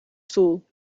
stoel